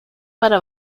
para